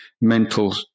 mental